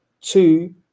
two